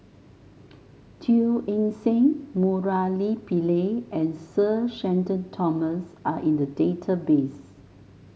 Teo Eng Seng Murali Pillai and Sir Shenton Thomas are in the database